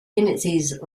tendencies